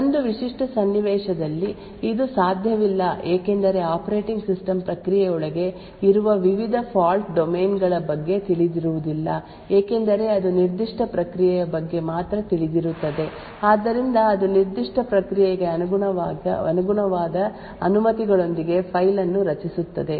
ಒಂದು ವಿಶಿಷ್ಟ ಸನ್ನಿವೇಶದಲ್ಲಿ ಇದು ಸಾಧ್ಯವಿಲ್ಲ ಏಕೆಂದರೆ ಆಪರೇಟಿಂಗ್ ಸಿಸ್ಟಮ್ ಪ್ರಕ್ರಿಯೆಯೊಳಗೆ ಇರುವ ವಿವಿಧ ಫಾಲ್ಟ್ ಡೊಮೇನ್ಗಳ ಬಗ್ಗೆ ತಿಳಿದಿರುವುದಿಲ್ಲ ಏಕೆಂದರೆ ಅದು ನಿರ್ದಿಷ್ಟ ಪ್ರಕ್ರಿಯೆಯ ಬಗ್ಗೆ ಮಾತ್ರ ತಿಳಿದಿರುತ್ತದೆ ಆದ್ದರಿಂದ ಅದು ನಿರ್ದಿಷ್ಟ ಪ್ರಕ್ರಿಯೆಗೆ ಅನುಗುಣವಾದ ಅನುಮತಿಗಳೊಂದಿಗೆ ಫೈಲ್ ಅನ್ನು ರಚಿಸುತ್ತದೆ